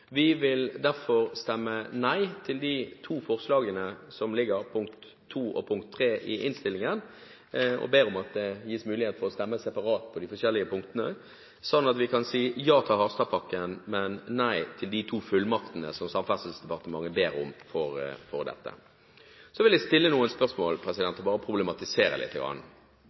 Vi vil derfor stemme nei til de to forslagene som ligger som punkt 2 og punkt 3 i innstillingen, og ber om at det gis mulighet til å stemme separat i de forskjellige punktene, slik at vi kan si ja til Harstadpakken, men nei til de to fullmaktene som Samferdselsdepartementet ber om for dette. Så vil jeg stille noen spørsmål og bare problematisere